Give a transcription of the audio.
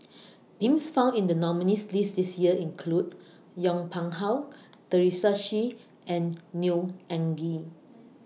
Names found in The nominees' list This Year include Yong Pung How Teresa Hsu and Neo Anngee